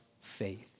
faith